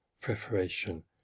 preparation